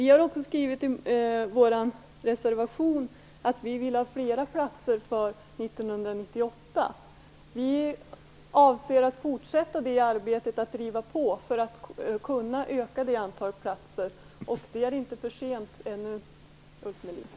Vi har också skrivit i vår reservation att vi vill ha flera platser för 1998. Vi avser att fortsätta arbetet att driva på för att kunna öka antalet platser. Det är inte för sent ännu, Ulf Melin.